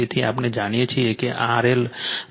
તેથી આપણે જાણીએ છીએ RLmod Zg છે